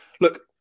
Look